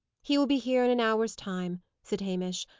he will be here in an hour's time, said hamish.